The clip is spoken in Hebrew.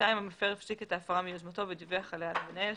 המפר הפסיק את ההפרה מיוזמתו ודיווח עליה למנהל,